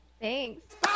Thanks